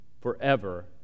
forever